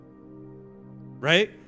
Right